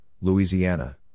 Louisiana